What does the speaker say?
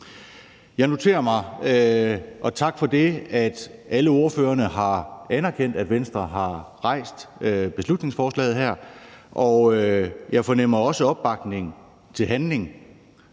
Jeg noterer mig, og tak for det, at alle ordførerne har anerkendt, at Venstre har fremsat beslutningsforslaget her, og jeg fornemmer også opbakning til handling,